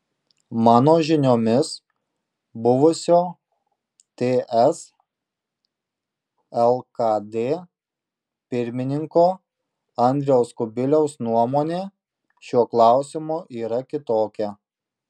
mano žiniomis buvusio ts lkd pirmininko andriaus kubiliaus nuomonė šiuo klausimu yra kitokia